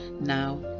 now